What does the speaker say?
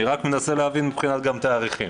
אני רק מנסה להבין גם מבחינת תאריכים.